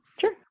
Sure